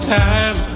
time